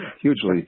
Hugely